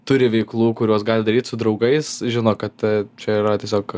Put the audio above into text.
turi veiklų kurios gali daryt su draugais žino kad čia yra tiesiog